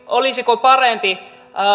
olisiko parempi